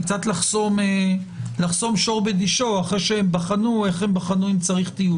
קצת לחסום שור בדישו אחרי שבחנו איך הם בחנו אם צריך טיוב